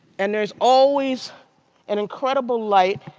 and there is always an incredible light